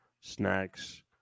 snacks